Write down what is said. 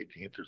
18th